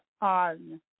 on